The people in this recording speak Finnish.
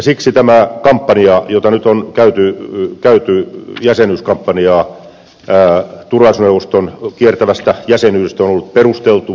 siksi tämä jäsenyyskampanja jota nyt on käyty turvallisuusneuvoston kiertävästä jäsenyydestä on ollut perusteltua